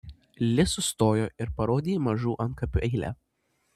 li sustojo ir parodė į mažų antkapių eilę